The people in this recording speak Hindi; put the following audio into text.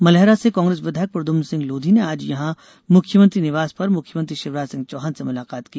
मलहरा से कांग्रेस विधायक प्रद्यम्न सिंह लोधी ने आज यहां मुख्यमंत्री निवास पर मुख्यमंत्री शिवराज सिंह चौहान से मुलाकात की